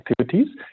activities